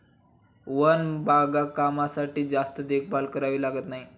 one बागकामासाठी जास्त देखभाल करावी लागत नाही